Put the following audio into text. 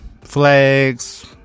flags